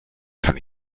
kann